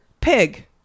pig